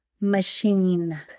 machine